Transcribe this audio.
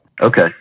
okay